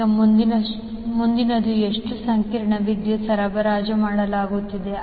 ಈಗ ಮುಂದಿನದು ಎಷ್ಟು ಸಂಕೀರ್ಣ ವಿದ್ಯುತ್ ಸರಬರಾಜು ಮಾಡಲಾಗುತ್ತಿದೆ